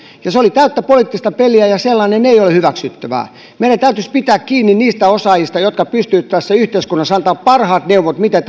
se oli täyttä poliittista peliä ja sellainen ei ole hyväksyttävää meidän täytyisi pitää kiinni niistä osaajista jotka pystyvät tässä yhteiskunnassa antamaan parhaat neuvot siihen miten